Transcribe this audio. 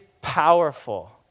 powerful